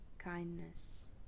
Kindness